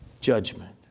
judgment